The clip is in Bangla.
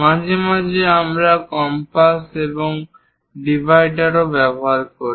মাঝে মাঝে আমরা কম্পাস এবং ডিভাইডারও ব্যবহার করি